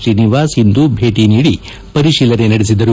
ಶ್ರೀನಿವಾಸ್ ಇಂದು ಭೇಟಿ ನೀಡಿ ಪರಿಶೀಲನೆ ನಡೆಸಿದರು